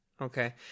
Okay